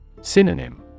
Synonym